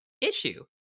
issue